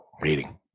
Reading